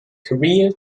career